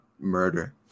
murder